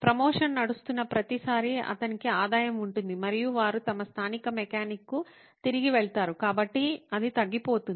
promotion నడుస్తున్న ప్రతిసారీ అతనికి ఆదాయం ఉంటుంది మరియు వారు తమ స్థానిక మెకానిక్కు తిరిగి వెళతారు కాబట్టి అది తగ్గిపోతుంది